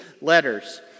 letters